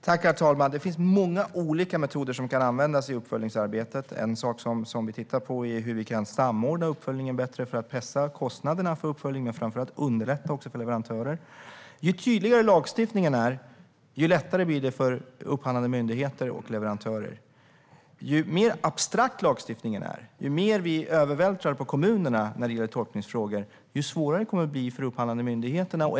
Herr talman! Det finns många olika metoder som kan användas i uppföljningsarbetet. En sak som vi tittar på är hur vi kan samordna uppföljningen bättre för att pressa kostnaderna för uppföljningen men framför allt underlätta för leverantörerna. Ju tydligare lagstiftningen är, desto lättare blir det för upphandlande myndigheter och leverantörer. Ju mer abstrakt lagstiftningen är och ju mer vi övervältrar på kommunerna när det gäller tolkningsfrågor, desto svårare kommer det att bli för upphandlande myndigheter.